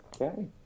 Okay